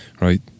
right